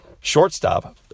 shortstop